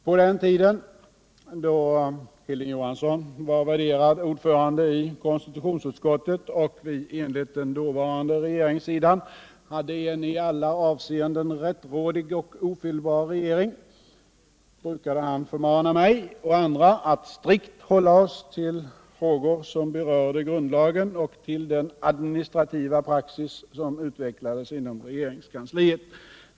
På den tiden då Hilding Johansson var värderad ordförande i konstitutionsutskottet och vi enligt den dåvarande regeringssidan hade en i alla avseenden rättrådig och ofelbar regering, brukade han förmana mig och andra att strikt hålla oss till frågor som berörde grundlagar och till den administrativa praxis som utvecklades inom regeringskansliet.